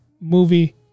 movie